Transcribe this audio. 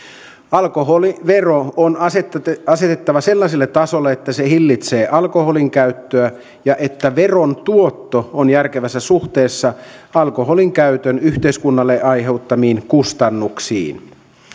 alkoholivero on asetettava sellaiselle tasolle että se hillitsee alkoholin käyttöä ja että veron tuotto on järkevässä suhteessa alkoholin käytön yhteiskunnalle aiheuttamiin kustannuksiin